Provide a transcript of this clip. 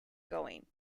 going